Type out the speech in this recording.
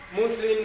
Muslim